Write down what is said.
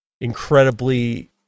incredibly